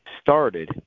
started